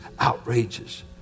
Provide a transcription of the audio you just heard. outrageous